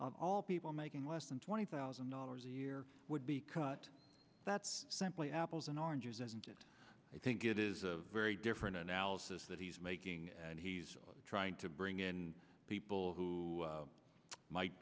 of all people making less than twenty thousand dollars a year would be cut that's simply apples and oranges and i think it is a very different analysis that he's making and he's trying to bring in people who might